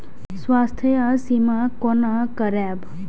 स्वास्थ्य सीमा कोना करायब?